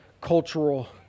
cultural